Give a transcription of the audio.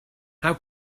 how